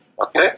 Okay